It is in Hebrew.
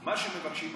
מה שמבקשים מה-OECD.